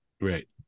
Right